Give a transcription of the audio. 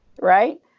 right